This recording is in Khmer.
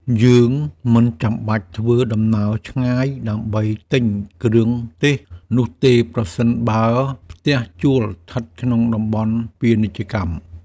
យើងមិនចាំបាច់ធ្វើដំណើរឆ្ងាយដើម្បីទិញគ្រឿងទេសនោះទេប្រសិនបើផ្ទះជួលស្ថិតក្នុងតំបន់ពាណិជ្ជកម្ម។